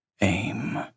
Aim